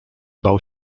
bał